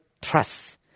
trust